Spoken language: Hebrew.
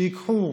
שייקחו,